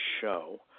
show